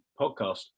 podcast